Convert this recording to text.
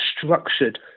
structured